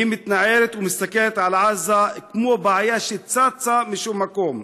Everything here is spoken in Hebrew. היא מתנערת ומסתכלת על עזה כמו על בעיה שצצה משום מקום,